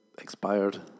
Expired